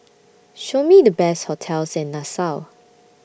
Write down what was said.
Show Me The Best hotels in Nassau